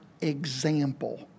example